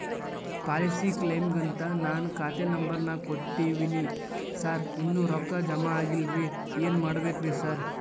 Policy ಕ್ಲೇಮಿಗಂತ ನಾನ್ ಖಾತೆ ನಂಬರ್ ನಾ ಕೊಟ್ಟಿವಿನಿ ಸಾರ್ ಇನ್ನೂ ರೊಕ್ಕ ಜಮಾ ಆಗಿಲ್ಲರಿ ಏನ್ ಮಾಡ್ಬೇಕ್ರಿ ಸಾರ್?